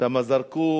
שם זרקו